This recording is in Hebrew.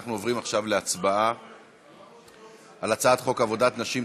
אנחנו עוברים עכשיו להצבעה על הצעת חוק עבודת נשים (תיקון,